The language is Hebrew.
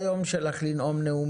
מידע וגם כצרכן מידע יותר מכל האחרים.